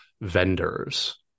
vendors